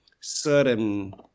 certain